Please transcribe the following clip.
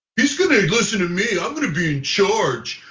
he's going to listen to me. i'm going to be in charge.